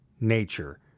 nature